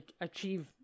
achieve